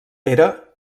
pere